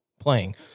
playing